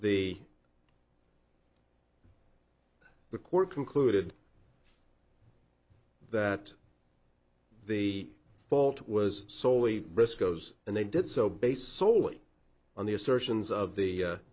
the the court concluded that the fault was soley riscos and they did so based solely on the assertions of the